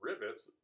Rivets